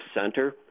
center